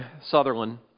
Sutherland